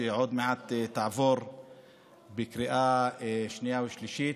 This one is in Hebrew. שעוד מעט תעבור בקריאה שנייה ושלישית.